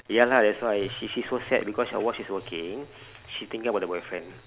ya lah that's why sh~ she so sad because while she's working she thinking about the boyfriend